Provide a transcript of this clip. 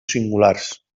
singulars